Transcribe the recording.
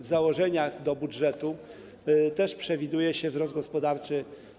W założeniach do budżetu też przewiduje się wzrost gospodarczy.